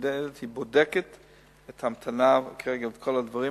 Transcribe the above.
והם בודקים את ההמתנה ואת כל הדברים.